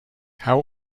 how